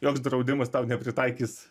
joks draudimas tau nepritaikys